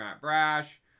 Brash